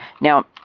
Now